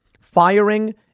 firing